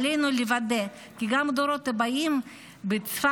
עלינו לוודא כי גם הדורות הבאים בצפת,